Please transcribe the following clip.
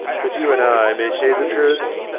but you and i may say the truth.